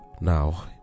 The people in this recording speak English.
Now